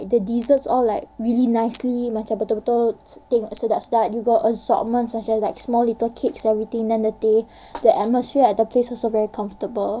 the desserts all like really nicely macam betul-betul sedap-sedap they got assortments macam like small little kids everything then the tea the atmosphere at the place is also very comfortable